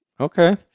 Okay